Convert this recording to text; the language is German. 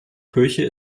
kirche